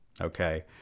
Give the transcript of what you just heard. Okay